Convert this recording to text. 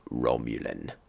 Romulan